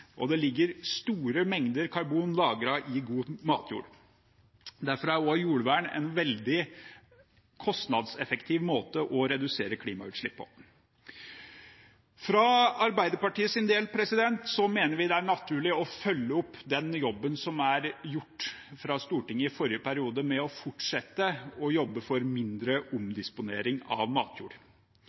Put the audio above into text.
og det ligger store mengder karbon lagret i god matjord. Derfor er også jordvern en veldig kostnadseffektiv måte å redusere klimautslipp på. For Arbeiderpartiets del mener vi det er naturlig å følge opp den jobben som er gjort av Stortinget i forrige periode, med å fortsette å jobbe for mindre omdisponering av matjord.